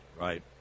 Right